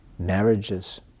Marriages